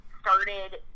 started